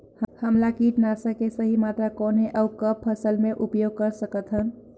हमला कीटनाशक के सही मात्रा कौन हे अउ कब फसल मे उपयोग कर सकत हन?